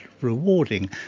rewarding